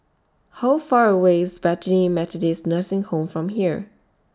How Far away IS Bethany Methodist Nursing Home from here